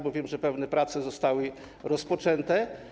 Bo wiem, że pewne prace zostały rozpoczęte.